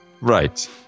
Right